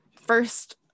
first